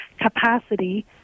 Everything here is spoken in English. capacity